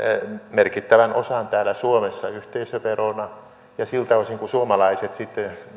merkittävän osan täällä suomessa yhteisöverona ja siltä osin kun suomalaiset sitten